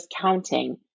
counting